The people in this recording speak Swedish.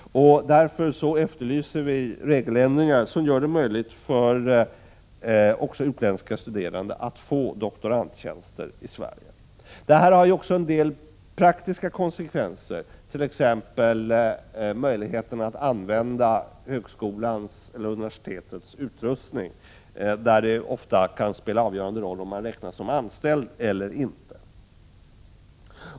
Därför efterlyser vi regeländringar som gör det möjligt också för utländska studerande att få doktorandtjänster i Sverige. Detta har också en del praktiska konsekvenser: t.ex. kan det för möjligheten att använda högskolans eller universitetets utrustning spela en avgörande roll om man räknas som anställd eller inte.